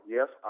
Yes